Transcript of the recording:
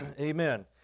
Amen